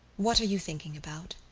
what are you thinking about?